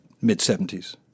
mid-70s